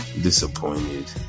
disappointed